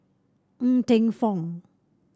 Ng Teng Fong